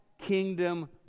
kingdom